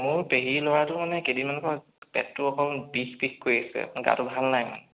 মোৰ পেহীৰ ল'ৰাটোৰ মানে কেইদিনমানৰ পৰা পেটটো অকণমান বিষ বিষ কৰি আছে অকণমান গাটো ভাল নাই মানে